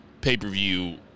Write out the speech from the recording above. pay-per-view